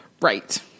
Right